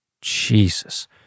Jesus